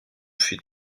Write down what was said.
fut